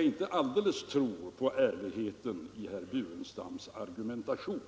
inte helt tror på ärligheten i herr Burenstam Linders argumentation.